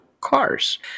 cars